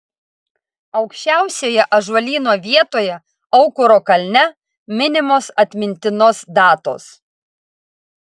aukščiausioje ąžuolyno vietoje aukuro kalne minimos atmintinos datos